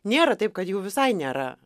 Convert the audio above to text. nėra taip kad jų visai nėra